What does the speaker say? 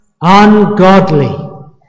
ungodly